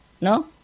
No